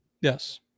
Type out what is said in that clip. yes